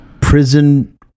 prison